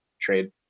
trade